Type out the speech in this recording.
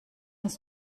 uns